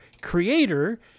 creator